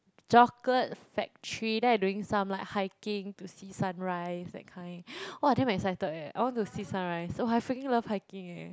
chocolate factory then I doing some like hiking to see sunrise that kind [wah] damn excited eh I want to see sunrise [wah] I freaking love hiking eh